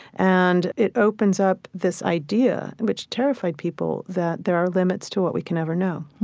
and it opens up this idea which terrified people that there are limits to what we can ever know.